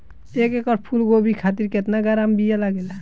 एक एकड़ फूल गोभी खातिर केतना ग्राम बीया लागेला?